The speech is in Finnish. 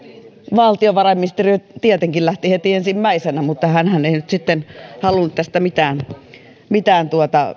valtiovarainministeri tietenkin lähti heti ensimmäisenä mutta hänhän ei halunnut kantaa tästä mitään mitään